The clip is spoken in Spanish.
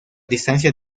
distancia